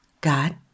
God